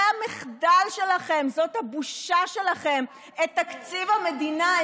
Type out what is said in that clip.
ראשית, את מטעה את הציבור.